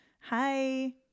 hi